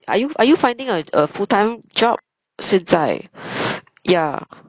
are you are you finding a a full time job 现在 ya